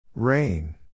Rain